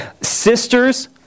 sisters